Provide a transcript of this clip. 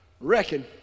reckon